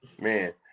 Man